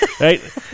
right